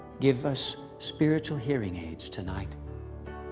give us spiritual hearing aids tonight